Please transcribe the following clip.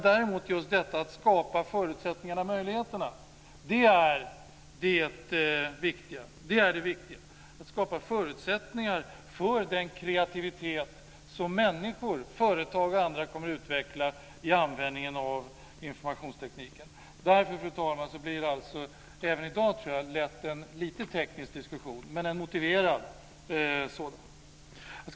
Däremot är just detta att skapa förutsättningarna och möjligheterna det viktiga. Det är viktigt att skapa förutsättningar för den kreativitet som människor, företag och andra kommer att utveckla i användningen av informationstekniken. Därför, fru talman, blir det alltså även i dag lätt en lite teknisk diskussion, men en motiverad sådan.